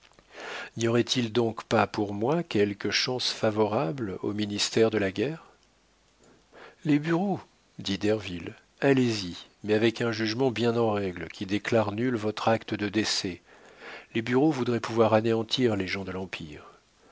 n'y aurait-il donc pas pour moi quelques chances favorables au ministère de la guerre les bureaux dit derville allez-y mais avec un jugement bien en règle qui déclare nul votre acte de décès les bureaux voudraient pouvoir anéantir les gens de l'empire